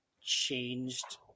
changed